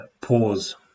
pause